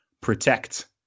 protect